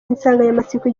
insanganyamatsiko